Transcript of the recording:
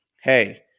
Hey